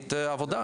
תוכנית עבודה.